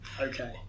okay